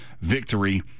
Victory